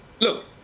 Look